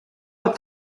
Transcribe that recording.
what